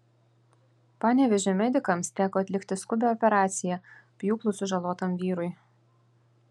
panevėžio medikams teko atlikti skubią operaciją pjūklu sužalotam vyrui